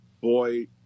boy